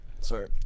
Sorry